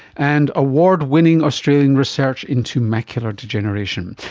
and award-winning australian research into macular degeneration.